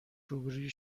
روبروی